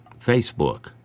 Facebook